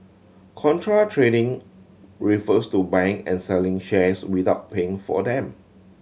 contra trading refers to buying and selling shares without paying for them